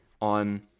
on